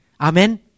Amen